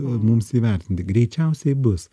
mums įvertinti greičiausiai bus